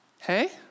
Hey